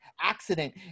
accident